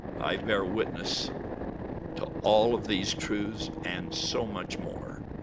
i bear witness to all of these truths and so much more,